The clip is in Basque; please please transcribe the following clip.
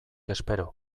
espero